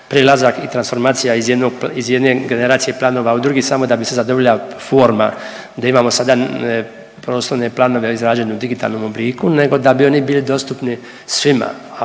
prelazak i transformacija iz jednog, iz jedne generacije planova i drugi samo da bi se zadovoljila forma da imamo sada prostorne planove izrađene u digitalnom obliku, nego da bi oni bili dostupni svima,